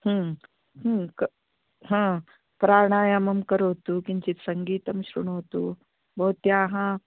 प्राणायामं करोतु किञ्चित् सङ्गीतं शृणोतु भवत्याः